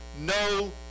no